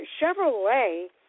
Chevrolet